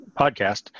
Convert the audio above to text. podcast